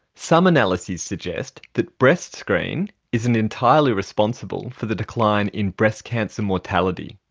some analyses suggest that breastscreen isn't entirely responsible for the decline in breast cancer mortality,